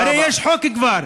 הרי יש חוק כבר,